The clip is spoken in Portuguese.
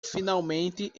finalmente